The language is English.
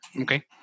Okay